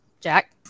Jack